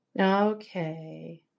Okay